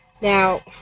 Now